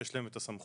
יש להם את הסמכות.